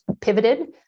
pivoted